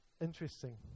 Interesting